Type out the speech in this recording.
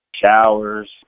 showers